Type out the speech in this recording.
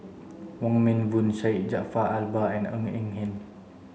Wong Meng Voon Syed Jaafar Albar and Ng Eng Hen